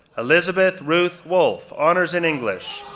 elizabeth ruth wolf, honors in english,